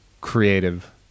creative